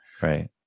Right